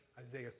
Isaiah